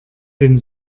den